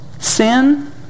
sin